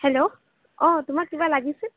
hello অঁ তোমাক কিবা লাগিছিল